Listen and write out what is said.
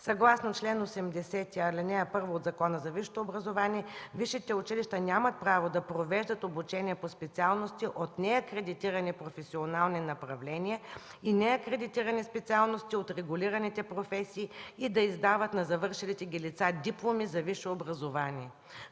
Съгласно чл. 80, ал. 1 от Закона за висшето образование висшите училища нямат право да провеждат обучение по специалности от неакредитирани професионални направления и неакредитирани специалности от регулираните професии и да издават на завършилите ги лица дипломи за висше образование.